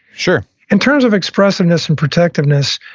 sure in terms of expressiveness and protectiveness,